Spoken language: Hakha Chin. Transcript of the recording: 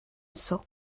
suk